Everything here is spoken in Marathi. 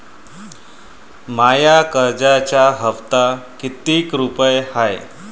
माया कर्जाचा हप्ता कितीक रुपये हाय?